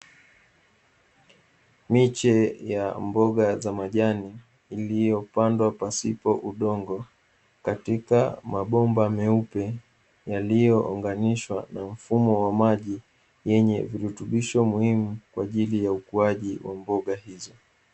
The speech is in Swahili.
Miche ya mboga za majani iliyopandwa pasipo na udongo katika mabomba meupe yaliyounganishwa na mfumo wa maji yenye virutubisho muhimu kwa ajili ya ukuaji wa mboga hizo.